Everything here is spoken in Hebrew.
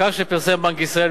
מחקר שפרסם בנק ישראל,